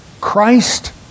christ